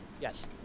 Yes